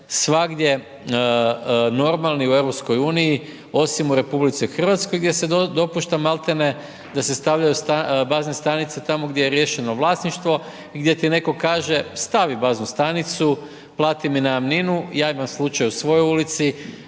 svagdje normalni u EU, osim u RH, gdje se dopušta maltene, da se stavljaju bazne stanice tamo gdje je riješeno vlasništvo i gdje ti netko kaže, stavi baznu stanicu, plati mi najamninu, ja imam slučaj u svojoj ulici,